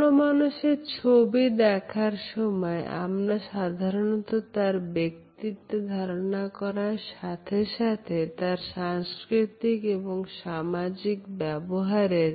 কোন মানুষের ছবি দেখার সময় আমরা সাধারণত তার ব্যক্তিত্বের ধারণা করার সাথে সাথে তার সাংস্কৃতিক এবং সামাজিক ব্যবহারের